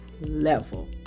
level